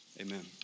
Amen